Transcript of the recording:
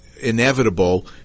inevitable